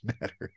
matter